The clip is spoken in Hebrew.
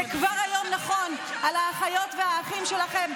זה כבר היום נכון על האחיות והאחים שלכם,